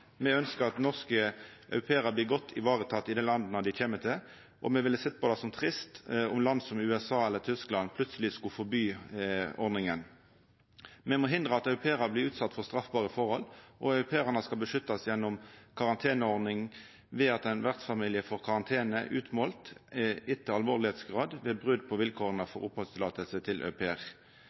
Me ønskjer at norske au pairar blir godt varetekne i det landet dei kjem til, og me ville sett på det som trist om land som USA eller Tyskland plutseleg skulle forby ordninga. Me må hindra at au pairar blir utsette for straffbare forhold, og au pairane skal beskyttast gjennom karanteneordning ved at ein vertsfamilie får karantene utmålt etter alvorsgrad ved brot på vilkåra for opphaldsløyve til